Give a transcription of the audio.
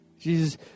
Jesus